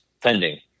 pending